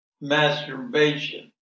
masturbation